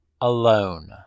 alone